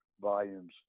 volumes